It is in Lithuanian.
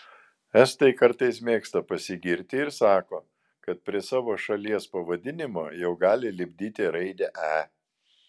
estai kartais mėgsta pasigirti ir sako kad prie savo šalies pavadinimo jau gali lipdyti raidę e